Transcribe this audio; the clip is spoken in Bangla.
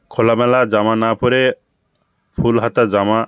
খোলামেলা জামা না পরে ফুলহাতা জামা